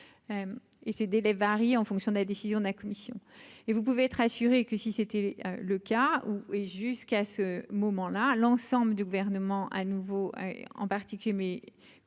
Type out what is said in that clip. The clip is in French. Et ces délais varient en fonction de la décision de la commission et vous pouvez être assuré que si c'était le cas où et jusqu'à ce moment-là, à l'ensemble du gouvernement à nouveau en particulier mes collègues